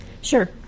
Sure